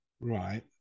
right